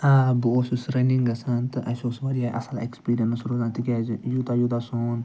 آ بہٕ اوسُس رَنِنٛگ گژھان تہٕ اَسہِ اوس واریاہ اَصٕل ایکٕسپیٖرَنس روزان تِکیٛازِ یوٗتاہ یوٗتاہ سون